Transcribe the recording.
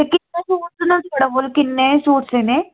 ते किन्ने सूट न थुआढ़े कोल किन्ने सूट सीने